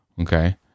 Okay